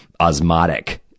osmotic